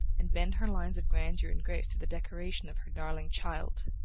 and bend her lines of grandeur and grace to the decoration of her darling child.